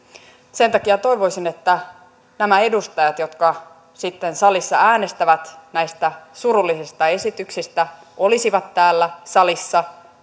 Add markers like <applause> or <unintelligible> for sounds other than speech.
sen takia toivoisin että nämä edustajat jotka sitten salissa äänestävät näistä surullisista esityksistä olisivat täällä salissa <unintelligible>